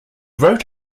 wrote